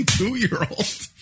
Two-year-old